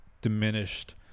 diminished